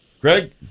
Greg